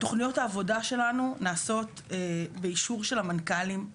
תוכניות העבודה שלנו נעשות באישור של המנכ"לים.